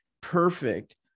perfect